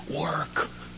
work